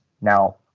Now